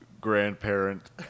grandparent